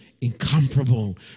incomparable